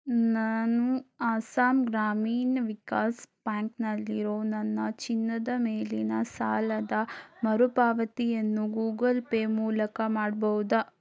ನಾನು ಆಸ್ಸಾಂ ಗ್ರಾಮೀಣ್ ವಿಕಾಸ್ ಬ್ಯಾಂಕ್ನಲ್ಲಿರೋ ನನ್ನ ಚಿನ್ನದ ಮೇಲಿನ ಸಾಲದ ಮರುಪಾವತಿಯನ್ನು ಗೂಗಲ್ ಪೇ ಮೂಲಕ ಮಾಡ್ಬೌದಾ